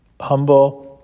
humble